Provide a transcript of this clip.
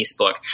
Facebook